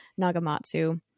Nagamatsu